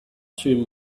two